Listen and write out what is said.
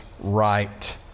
right